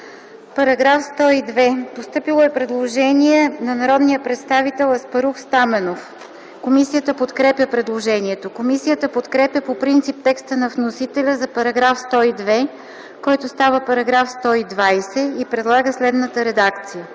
По § 104 е постъпило предложение на народния представител Любен Татарски. Комисията подкрепя предложението. Комисията подкрепя по принцип текста на вносителя за § 104, който става § 122, и предлага следната редакция: